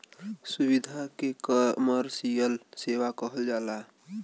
सुविधा के कमर्सिअल सेवा कहल जाला